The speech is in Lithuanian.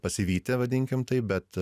pasivyti vadinkim taip bet